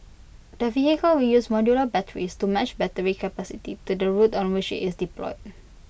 the vehicle will use modular batteries to match battery capacity to the route on which it's deployed